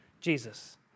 Jesus